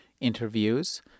interviews